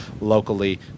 locally